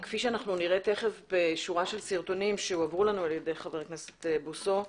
כפי שנראה תכף בשורה של סרטונים שהועברו לנו על-ידי חבר הכנסת בוסו,